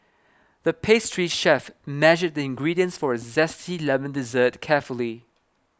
the pastry chef measured the ingredients for a Zesty Lemon Dessert carefully